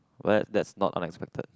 where that's not unexpected